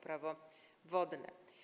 Prawo wodne.